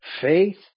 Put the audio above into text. faith